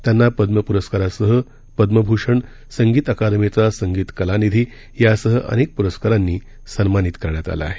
त्यांना पद्य पुरस्कारासह पद्यभूषण संगीत अकादमीचा संगीत कलानिधी यासह अनेक पुरस्कारांनी सन्मानित करण्यात आलं आहे